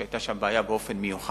שם היתה בעיה באופן מיוחד.